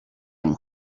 amb